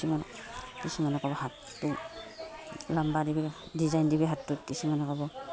কিছুমানে কিছুমানে ক'ব হাতটো লম্বা দিবি ডিজাইন দিবি হাতটোত কিছুমানে ক'ব